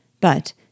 But